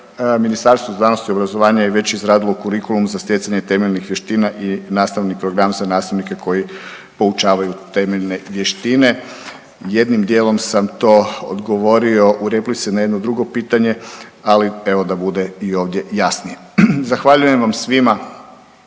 Ministarstvo znanosti i obrazovanja je već izradilo kurikulum za stjecanje temeljnih vještina i nastavni program za nastavnike koji poučavaju temeljne vještine. Jednim dijelom sam to odgovorio u replici na jedno drugo pitanje, ali evo da bude i ovdje jasnije. Zahvaljujem vam svima